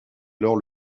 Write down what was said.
alors